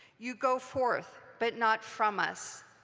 you go forth, but not from us.